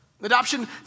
Adoption